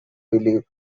bellied